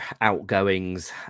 outgoings